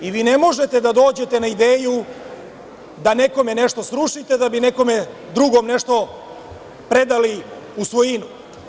I vi ne možete da dođete na ideju da nekome nešto srušite, da bi nekome drugom nešto predali u svojinu.